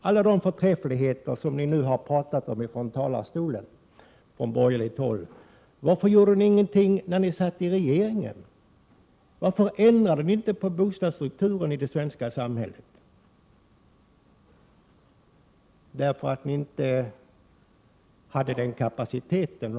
Alla de förträffligheter som ni borgerliga nu har talat om i talarstolen gör att man kan fråga: Varför gjorde ni ingenting när ni satt i regeringsställning? Varför ändrade ni inte på bostadsstrukturen i det svenska samhället? Ni hade kanske inte den kapaciteten.